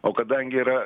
o kadangi yra